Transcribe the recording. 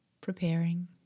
preparing